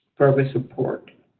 progress report.